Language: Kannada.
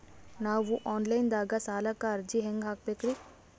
ನಾವು ಆನ್ ಲೈನ್ ದಾಗ ಸಾಲಕ್ಕ ಅರ್ಜಿ ಹೆಂಗ ಹಾಕಬೇಕ್ರಿ?